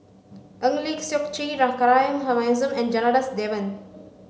Eng Lee Seok Chee Rahayu Mahzam and Janadas Devan